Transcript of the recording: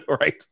right